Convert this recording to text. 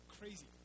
crazy